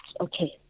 okay